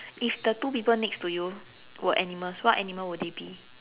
if the two people next to you were animals what animal would they be